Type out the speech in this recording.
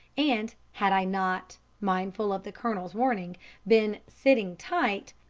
and, had i not mindful of the colonel's warning been sitting tight,